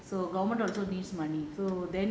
so government also needs money so then